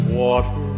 water